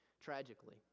tragically